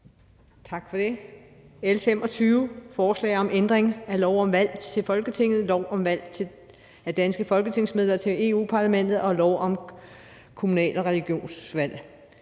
Tak for det. L 25 er forslag til lov om ændring af lov om valg til Folketinget, lov om valg af danske medlemmer til Europa-Parlamentet og lov om kommunale og regionale